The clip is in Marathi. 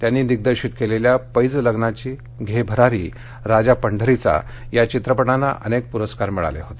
त्यांनी दिग्दर्शित केलेल्या पैज लग्नाची घे भरारी राजा पंढरीचा या चित्रपटांना अनेक परस्कार मिळाले होते